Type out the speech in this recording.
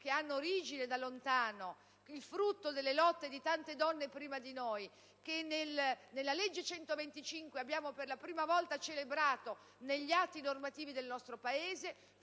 che hanno origine da lontano, il frutto delle lotte di tante donne prima di noi, che nella legge n. 125 del 1991 abbiamo per la prima volta celebrato negli atti normativi del nostro Paese,